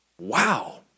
Wow